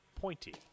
pointy